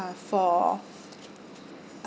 for